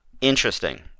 Interesting